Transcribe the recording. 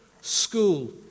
school